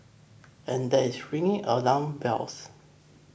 and that is ringing alarm bells